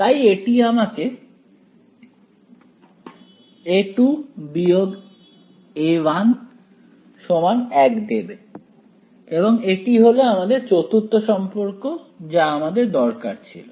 তাই এটি আমাকে A2 A1 1 দেবে এবং এটি হল আমাদের চতুর্থ সম্পর্ক যা আমার দরকার ছিল